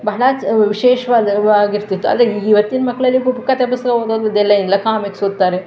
ಬಹಳ ಚ ವಿಶೇಷವಾದ ವಾಗಿರ್ತಿತ್ತು ಆದರೆ ಇವತ್ತಿನ ಮಕ್ಕಳಲ್ಲಿ ಕಥೆ ಪುಸ್ತಕ ಓದೋದೆಲ್ಲ ಏನಿಲ್ಲ ಕಾಮಿಕ್ಸ್ ಓದ್ತಾರೆ